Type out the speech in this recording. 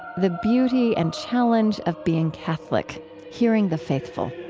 the beauty and challenge of being catholic hearing the faithful.